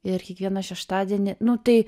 ir kiekvieną šeštadienį nu tai